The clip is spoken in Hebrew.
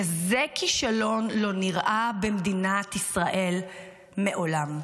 כזה כישלון לא נראה במדינת ישראל מעולם.